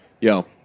yo